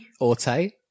Orte